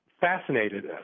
fascinated